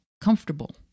comfortable